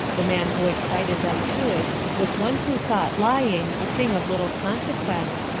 the man who excited them to it was one who thought lying a thing of little consequence,